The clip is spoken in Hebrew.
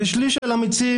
זה שליש של אמיצים,